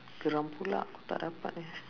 geram pula tak dapat eh